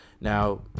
Now